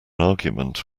argument